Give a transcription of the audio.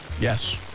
Yes